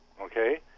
okay